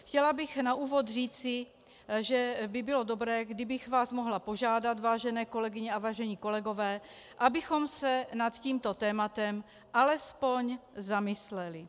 Chtěla bych na úvod říci, že by bylo dobré, kdybych vás mohla požádat, vážené kolegyně a vážení kolegové, abychom se nad tímto tématem alespoň zamysleli.